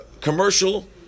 commercial